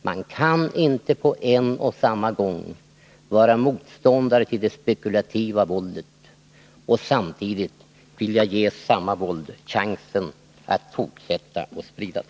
Man kan inte på en' och samma gång vara motståndare till det spekulativa våldet och vilja ge samma våld chansen att fortsätta spridas.